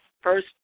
first